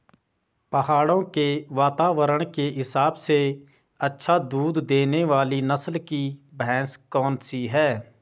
पहाड़ों के वातावरण के हिसाब से अच्छा दूध देने वाली नस्ल की भैंस कौन सी हैं?